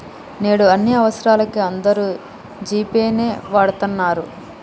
నేడు అన్ని అవసరాలకీ అందరూ జీ పే నే వాడతన్నరు